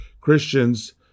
Christians